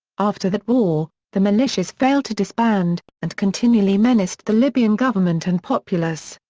after that war, the militias failed to disband, and continually menaced the libyan government and populace.